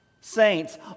saints